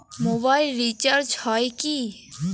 Mobile recharge হয় কি?